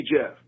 Jeff